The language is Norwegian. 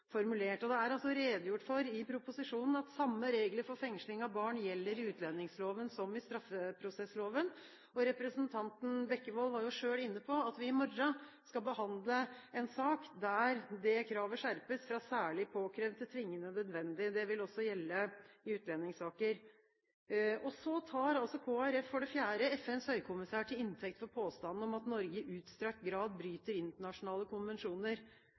formulert. Det er altså redegjort for i proposisjonen at samme regler for fengsling av barn gjelder i utlendingsloven som i straffeprosessloven, og representanten Bekkevold var jo selv inne på at vi i morgen skal behandle en sak der det kravet skjerpes fra «særlig påkrevd» til «tvingende nødvendig». Det vil også gjelde i utlendingssaker. For det fjerde tar altså Kristelig Folkeparti FNs høykommissær til inntekt for påstanden om at Norge i utstrakt grad bryter internasjonale konvensjoner.